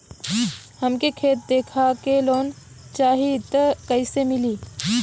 हमके खेत देखा के लोन चाहीत कईसे मिली?